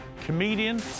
comedian